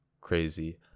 crazy